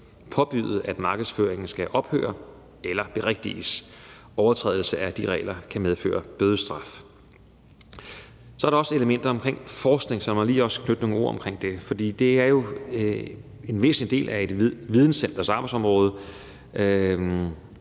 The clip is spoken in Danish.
påbyde, at markedsføringen skal ophøre eller berigtiges. Overtrædelse af de regler kan medføre bødestraf. Så er der også elementer om forskning, som jeg også lige vil knytte nogle ord til. For det er jo en væsentlig del af et videnscenters arbejdsområde,